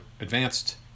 advanced